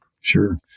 Sure